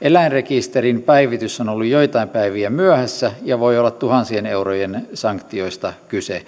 eläinrekisterin päivitys on ollut joitain päiviä myöhässä ja voi olla tuhansien eurojen sanktioista kyse